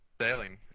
Sailing